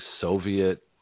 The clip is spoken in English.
Soviet